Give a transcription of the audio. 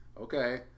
Okay